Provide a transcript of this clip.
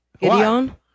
gideon